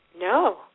No